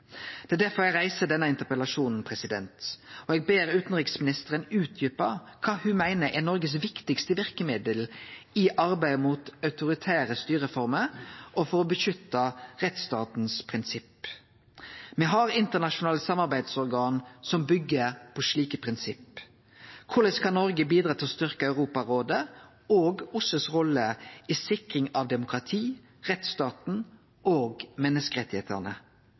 Det er derfor eg reiser denne interpellasjonen, og eg ber utanriksministeren utdjupe kva ho meiner er Noregs viktigaste verkemiddel i arbeidet mot autoritære styreformer og for å verne rettsstatsprinsippa. Me har internasjonale samarbeidsorgan som byggjer på slike prinsipp. Korleis kan Noreg bidra til å styrkje Europarådets og OSSEs rolle i sikringa av demokratiet, rettsstaten og